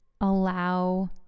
allow